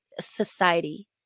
society